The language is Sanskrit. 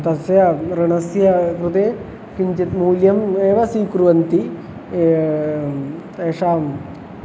तस्य ऋणस्य कृते किञ्चित् मूल्यम् एव स्वीकुर्वन्ति तेषाम्